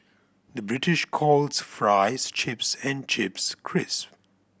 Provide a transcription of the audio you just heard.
the British calls fries chips and chips crisps